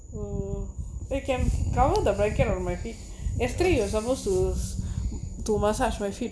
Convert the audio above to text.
mm you can cover the braker~ of my feet yesterday you suppose to massage my feet